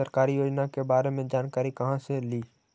सरकारी योजना के बारे मे जानकारी कहा से ली?